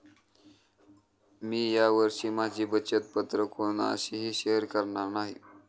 मी या वर्षी माझी बचत पत्र कोणाशीही शेअर करणार नाही